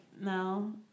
no